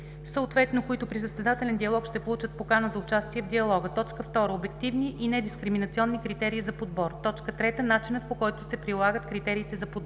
съответно които при състезателен диалог ще получат покана за участие в диалога; 2. обективни и недискриминационни критерии за подбор; 3. начинът, по който се прилагат критериите за подбор.